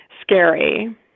scary